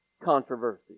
controversy